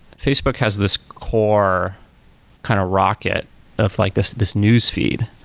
facebook has this core kind of rocket of like this this news feed.